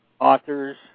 authors